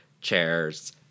chairs